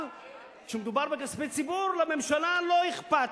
אבל כשמדובר בכספי ציבור, לממשלה לא אכפת.